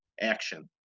action